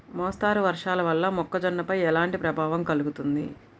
మోస్తరు వర్షాలు వల్ల మొక్కజొన్నపై ఎలాంటి ప్రభావం కలుగుతుంది?